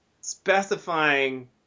specifying